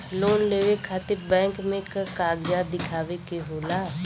Loan लेवे खातिर bank मे का कागजात दिखावे के होला?